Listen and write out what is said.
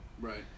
Right